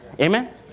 Amen